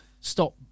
stop